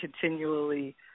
continually